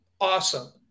awesome